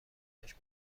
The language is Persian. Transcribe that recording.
دانش